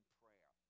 prayer